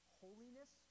holiness